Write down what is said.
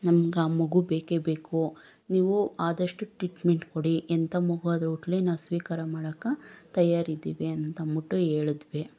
ನಮ್ಗೆ ಆ ಮಗು ಬೇಕೇ ಬೇಕು ನೀವು ಆದಷ್ಟು ಟ್ರೀಟ್ಮೆಂಟ್ ಕೊಡಿ ಎಂಥ ಮಗು ಆದ್ರೂ ಹುಟ್ಟಲಿ ನಾವು ಸ್ವೀಕಾರ ಮಾಡೋಕ್ಕೆ ತಯಾರಿದ್ದೀವಿ ಅಂತ ಅಂದ್ಬಿಟ್ಟು ಹೇಳಿದ್ವಿ